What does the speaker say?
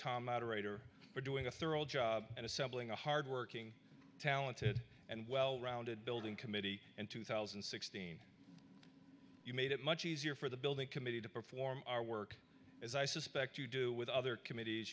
moderator for doing a thorough job and assembling a hardworking talented and well rounded building committee in two thousand and sixteen you made it much easier for the building committee to perform our work as i suspect you do with other committees